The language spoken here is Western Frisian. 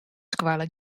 skoalle